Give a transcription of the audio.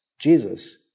Jesus